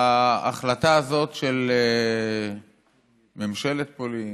ההחלטה הזאת של ממשלת פולין,